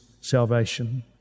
salvation